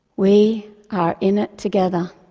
we are in it together,